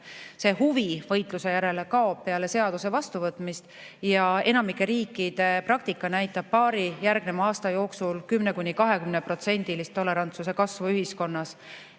Huvi võitluse vastu kaob peale seaduse vastuvõtmist ja enamiku riikide praktika näitab paari järgneva aasta jooksul 10–20%-list tolerantsuse kasvu ühiskonnas